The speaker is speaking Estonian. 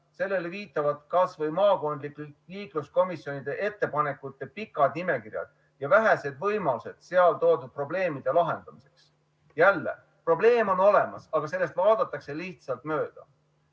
Sellele viitavad kas või maakondlike liikluskomisjonide ettepanekute pikad nimekirjad ja vähesed võimalused seal toodud probleemide lahendamiseks. Jälle, probleem on olemas, aga sellest vaadatakse lihtsalt mööda.